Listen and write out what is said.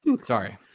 sorry